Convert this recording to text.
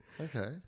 okay